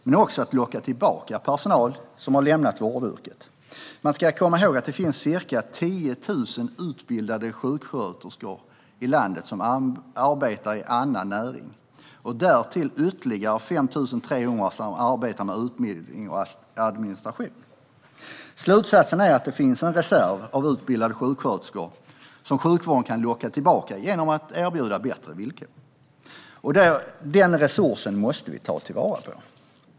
Men det handlar också om locka tillbaka personal som har lämnat vårdyrket. Man ska komma ihåg att det finns ca 10 000 utbildade sjuksköterskor i landet som arbetar i annan näring. Därtill finns ytterligare 5 300 som arbetar med utbildning och administration. Slutsatsen är att det finns en reserv av utbildade sjuksköterskor som sjukvården kan locka tillbaka genom att erbjuda bättre villkor. Den resursen måste vi ta vara på.